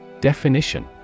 Definition